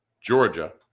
Georgia